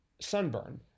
sunburn